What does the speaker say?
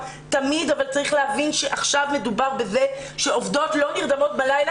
צריך להבין שעכשיו מדובר בזה שעובדות לא נרדמות בלילה